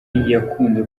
yakunze